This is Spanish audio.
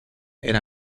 era